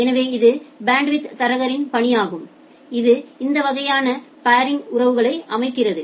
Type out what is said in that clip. எனவே இது பேண்ட்வித் தரகரின் பணியாகும் இது இந்த வகையான பாரிங் உறவுகளை அமைக்கிறது